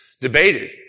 debated